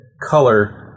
color